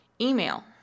email